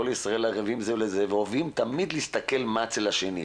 כל ישראל ערבים זה לזה ותמיד אוהבים להסתכל מה אצל השני.